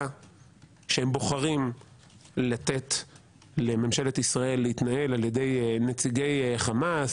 שהם בוחרים לתת לממשלת ישראל להתנהל על ידי נציגי חמאס,